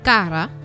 Kara